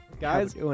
Guys